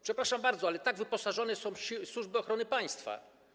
Przepraszam bardzo, ale tak wyposażone są służby ochrony państwa.